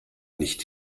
nicht